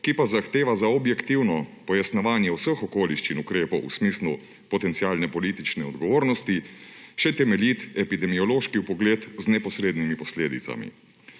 ki pa zahteva za objektivno pojasnjevanje vseh okoliščin ukrepov v smislu potencialne politične odgovornosti še temeljit epidemiološki vpogled z neposrednimi posledicami.